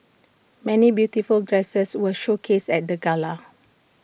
many beautiful dresses were showcased at the gala